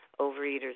Overeaters